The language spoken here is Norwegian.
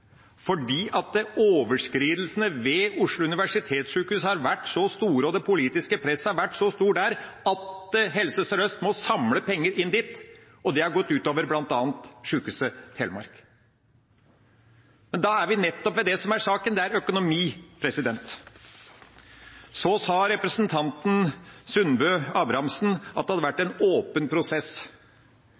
fordi overskridelsene ved Oslo universitetssykehus har vært så store og det politiske presset så stort at Helse Sør-Øst må samle penger inn dit. Det har gått ut over bl.a. Sykehuset Telemark. Da er vi nettopp ved det som er saken – det er økonomi. Så sa representanten Sundbø Abrahamsen at det hadde vært en åpen prosess.